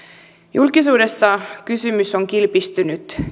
julkisuudessa keskustelu on kilpistynyt